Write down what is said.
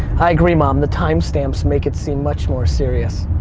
i agree mom the time stamps make it seem much more serious.